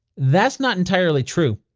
that's not entirely true.